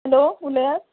hello उलयात